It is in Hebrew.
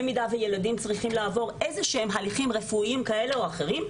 במידה וילדים צריכים לעבור איזשהם הליכים רפואיים כאלה או אחרים,